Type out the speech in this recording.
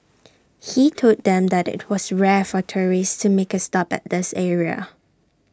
he told them that IT was rare for tourists to make A stop at this area